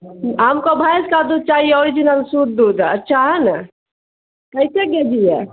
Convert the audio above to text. ہم کو بھینس کا دودھ چاہیے اوریجنل شدھ دودھ اچھا ہے نا کیسے کے جی ہے